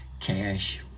cash